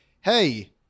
hey